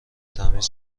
تمیز